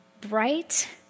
bright